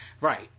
Right